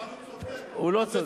אבל הוא צודק.